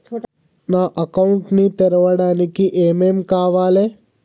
నా అకౌంట్ ని తెరవడానికి ఏం ఏం కావాలే?